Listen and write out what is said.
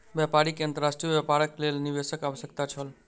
व्यापारी के अंतर्राष्ट्रीय व्यापारक लेल निवेशकक आवश्यकता छल